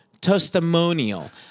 Testimonial